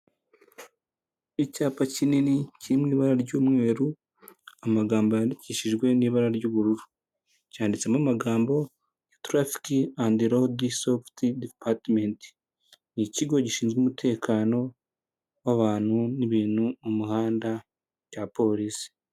Icyapa kinini kiri mu ibara ry'umweru ,amagambo yandikishijwe n'ibara ry'ubururu . Cyanditsemo amagambo ya traski and rod softde partment ,ni ikigo gishinzwe umutekano w'abantu n'ibintu mu muhanda cya polisi.